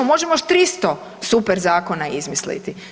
Možemo još 300 super zakona izmisliti.